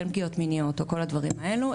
אין פגיעות מיניות או כל הדברים האלו,